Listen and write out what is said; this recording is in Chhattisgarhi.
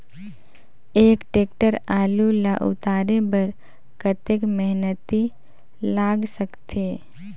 एक टेक्टर आलू ल उतारे बर कतेक मेहनती लाग सकथे?